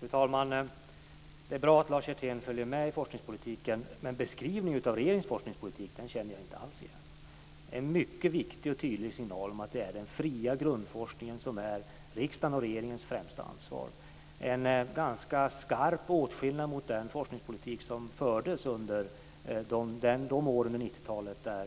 Fru talman! Det är bra att Lars Hjertén följer med i forskningspolitiken. Men beskrivningen av regeringens forskningspolitik känner jag inte alls igen. Det är en mycket viktig och tydlig signal om att det är den fria grundforskningen som är riksdagens och regeringens främsta ansvar. Det är en ganska skarp skillnad mot den forskningspolitik som fördes under de år under 90-talet då